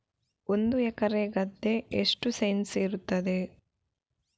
ಒಂದು ಎಕರೆ ಗದ್ದೆ ಎಷ್ಟು ಸೆಂಟ್ಸ್ ಇರುತ್ತದೆ?